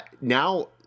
now